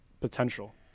potential